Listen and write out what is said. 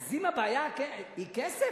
אז אם הבעיה היא כסף,